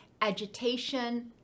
agitation